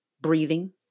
breathing